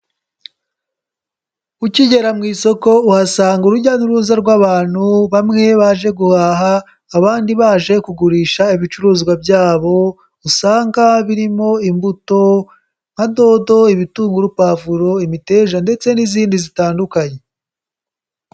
Ukigera mu isoko uhasanga urujya n'uruza rw'abantu bamwe baje guhaha, abandi baje kugurisha ibicuruzwa byabo, usanga birimo imbuto nka dodo, ibitunguru, pavuro, imiteja ndetse n'izindi zitandukanye.